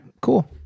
cool